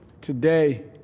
Today